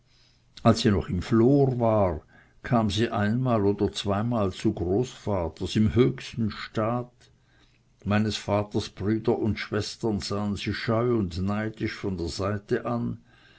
als sie noch im flor war kam sie ein oder zweimal zu großvaters im höchsten staat meines vaters brüder und schwestern sahen sie scheu und neidisch von der seite an